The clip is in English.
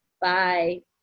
Bye